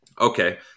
Okay